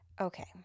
Okay